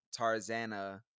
Tarzana